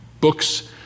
books